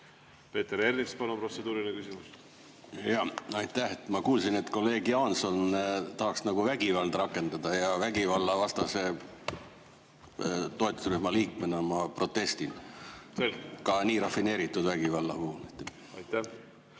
Peeter Ernits, palun, protseduuriline küsimus! Aitäh! Ma kuulsin, et kolleeg Jaanson tahaks nagu vägivalda rakendada, ja vägivallavastase toetusrühma liikmena ma protestin, seda ka nii rafineeritud vägivalla puhul. Aitäh!